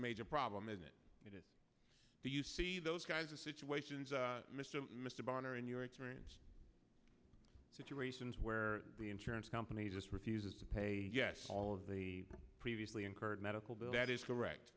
major problem is it it is do you see those kinds of situations mr mr boehner in your experience situations where the insurance company just refuses to pay yes all of the previously incurred medical bills that is correct